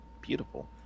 beautiful